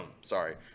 sorry